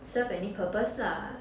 serve any purpose lah